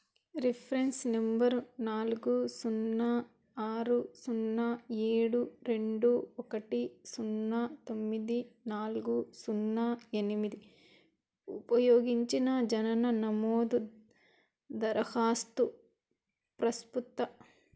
reference number నాలుగు సున్నా ఆరు సున్నా ఏడు రెండు ఒకటి సున్నా తొమ్మిది నాలుగు సున్నా ఎనిమిది ఉపయోగించి నా జనన నమోదు దరఖాస్తు ప్రస్తుత